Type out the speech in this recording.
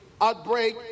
outbreak